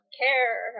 care